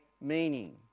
meaning